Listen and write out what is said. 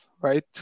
right